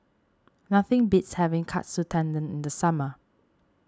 nothing beats having Katsu Tendon in the summer